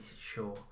sure